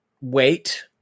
wait